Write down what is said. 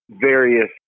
various